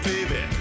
Baby